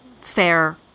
fair